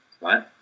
right